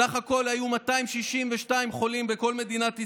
בסך הכול היו 262 חולים בכל מדינת ישראל,